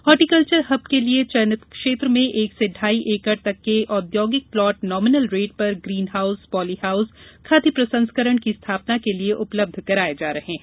horticulture hub के लिये चयनित क्षेत्र में एक से ढ़ाई एकड़ तक साइज के औद्योगिक प्लाट नॉमिनल रेट पर ग्रीन हाउस पॉली हाउस खाद्य प्र संस्करण की स्थापना के लिये उपलब्ध कराये जा रहे हैं